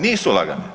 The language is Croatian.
Nisu lagane.